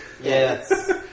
Yes